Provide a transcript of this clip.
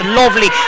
lovely